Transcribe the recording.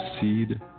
Seed